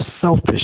selfish